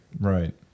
Right